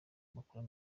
amakuru